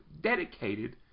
dedicated